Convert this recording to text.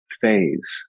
phase